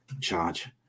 charge